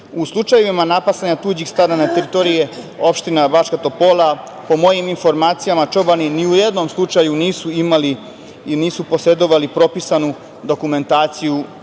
U slučajevima napasanja tuđih stada na teritoriji opštine Bačka Topola, po mojim informacijama čobani ni u jednom slučaju nisu imali i nisu posedovali propisanu dokumentaciju